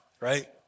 right